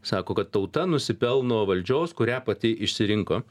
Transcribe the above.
sako kad tauta nusipelno valdžios kurią pati išsirinko